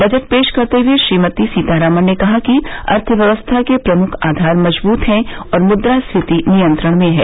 budget पेश करते हुए श्रीमती सीतारामन कहा कि अर्थव्यवस्था के प्रमुख आधार मजबूत हैं और मुद्रास्फीति नियंत्रण में है